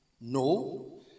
No